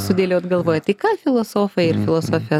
sudėliot galvoje tai ką filosofai ir filosofija